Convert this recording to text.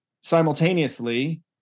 simultaneously